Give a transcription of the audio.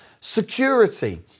Security